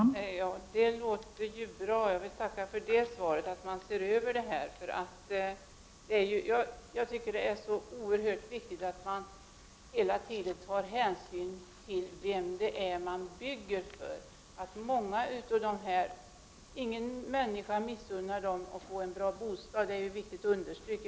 Fru talman! Det låter ju bra. Jag vill tacka för detta kompletterande svar att man ser över förhållandena. Det är oerhört viktigt att man hela tiden tar hänsyn till vem det är man bygger för. Ingen människa missunnar de handikappade att få en bra bostad — det är viktigt att understryka.